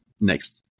next